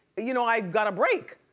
you know i got a break.